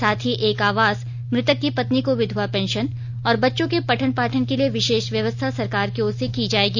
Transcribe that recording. साथ ही एक आवास मृतक की पत्नी को विधवा पेंशन और बच्चों के पठन पाठन के लिए विशेष व्यवस्था सरकार की ओर से की जायेगी